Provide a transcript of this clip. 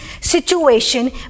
situation